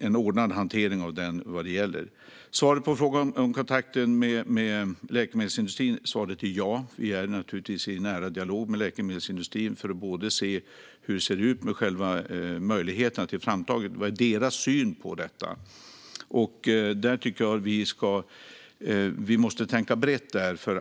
en ordnad hantering av detta. Svaret på frågan om kontakten med läkemedelsindustrin är: Ja, vi är naturligtvis i nära dialog med läkemedelsindustrin om deras syn på möjligheterna att få ett vaccin framtaget. Vi måste tänka brett där.